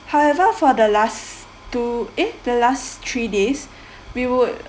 however for the last two eh the last three days we would